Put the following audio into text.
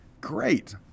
great